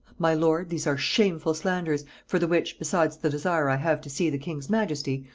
my lord, these are shameful slanders, for the which, besides the desire i have to see the king's majesty,